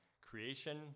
creation